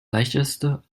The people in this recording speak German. leichteste